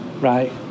right